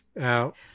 out